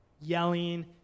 yelling